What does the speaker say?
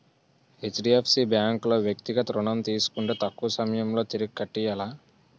HDFC bank లో వ్యక్తిగత ఋణం తీసుకుంటే తక్కువ సమయంలో తిరిగి కట్టియ్యాల